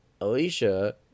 alicia